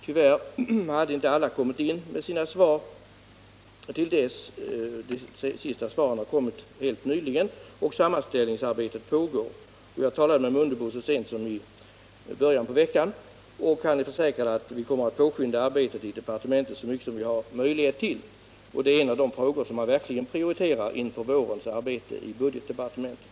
Tyvärr hade inte alla remissinstanser lämnat in sina svar till dess. De sista svaren har kommit helt nyligen, och sammanställningsarbetet pågår. Jag talade med herr Mundebo så sent som i början av veckan, och han försäkrade att man kommer att påskynda arbetet i departementet så mycket som man har möjlighet till. Detta är en av de frågor som man verkligen prioriterar inför vårens arbete i budgetdepartementet.